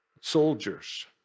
soldiers